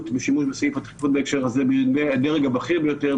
בשימוש בסעיף הדחיפות בהקשר בדרג הבכיר ביותר,